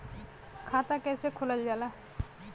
खाता कैसे खोलल जाला?